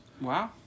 Wow